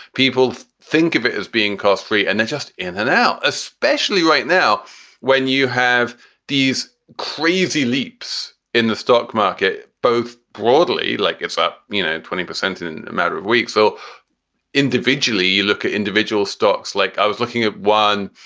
people think of it as being cost free. and that's just in and out, especially right now when you have these crazy leaps in the stock market, both broadly like it's up, you know, twenty percent in a matter of weeks. so individually, you look at individual stocks like i was looking at one.